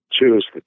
choose